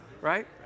right